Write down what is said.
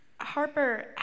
Harper